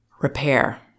repair